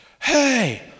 hey